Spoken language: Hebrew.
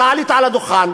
אתה עלית על הדוכן,